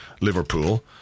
Liverpool